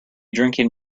drinking